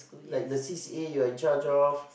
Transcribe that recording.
like the C_C_A you are in charged of